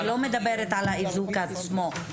אני לא מדברת על האיזוק עצמו.